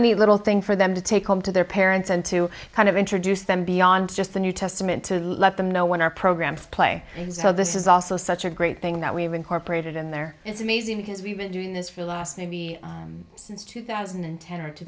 neat little thing for them to take home to their parents and to kind of introduce them beyond just the new testament to let them know what our programs play and so this is also such a great thing that we've incorporated in there it's amazing because we've been doing this for the last maybe since two thousand and ten or t